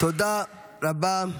תודה רבה.